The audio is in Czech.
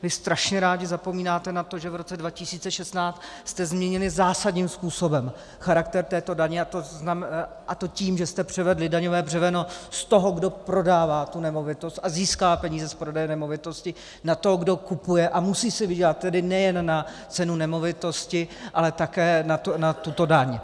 Vy strašně rádi zapomínáte na to, že v roce 2019 jste změnili zásadním způsobem charakter této daně, a to tím, že jste převedli daňové břemeno z toho, kdo prodává tu nemovitost a získává peníze z prodeje nemovitosti, na toho, kdo kupuje, a musí si vydělat tedy nejen na cenu nemovitosti, ale také na tuto daň.